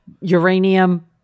uranium